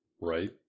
Right